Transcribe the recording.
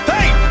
Hey